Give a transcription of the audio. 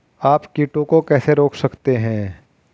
आप कीटों को कैसे रोक सकते हैं?